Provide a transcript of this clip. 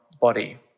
body